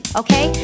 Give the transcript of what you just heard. okay